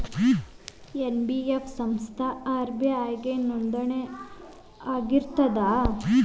NBF ಸಂಸ್ಥಾ RBI ಗೆ ನೋಂದಣಿ ಆಗಿರ್ತದಾ?